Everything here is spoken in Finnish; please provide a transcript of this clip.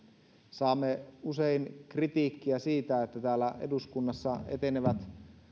saamme usein kritiikkiä siitä että täällä eduskunnassa etenevät